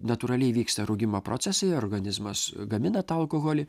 natūraliai vyksta rūgimo procesai organizmas gamina tą alkoholį